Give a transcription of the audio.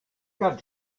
got